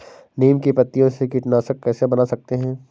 नीम की पत्तियों से कीटनाशक कैसे बना सकते हैं?